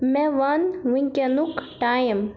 مےٚ وَن وٕنکیٚنُک ٹایِم